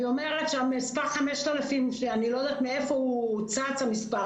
אני אומרת שאני לא יודעת מאיפה צץ המספר